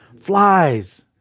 flies